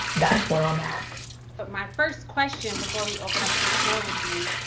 that's where i'm at. but my first question, before we open up to the floor would be,